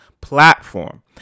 platform